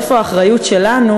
איפה האחריות שלנו,